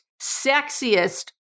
sexiest